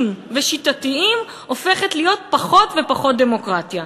ושיטתיים הופכת להיות פחות ופחות דמוקרטיה.